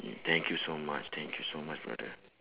thank you so much thank you so much brother